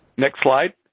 next slide.